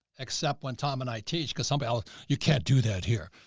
except when tom and i teach. cause somebody else you can't do that here.